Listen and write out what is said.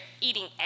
eating